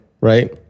Right